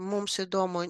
mums įdomu